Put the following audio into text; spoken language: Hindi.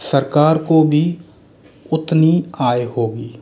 सरकार को भी उतनी आय होगी